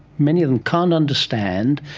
many of them can't understand.